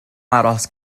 aros